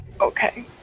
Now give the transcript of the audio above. Okay